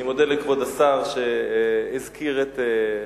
אני מודה לכבוד השר שהזכיר את,